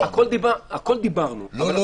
דיברנו.